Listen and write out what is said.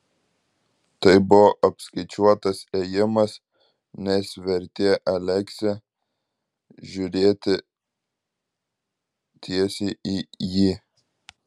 tai buvo apskaičiuotas ėjimas nes vertė aleksę žiūrėti tiesiai į jį